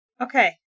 Okay